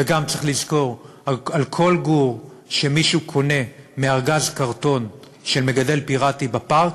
וגם צריך לזכור: על כל גור שמישהו קונה בארגז קרטון ממגדל פיראטי בפארק,